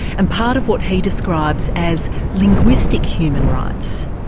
and part of what he describes as linguistic human rights.